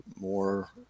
more